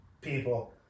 people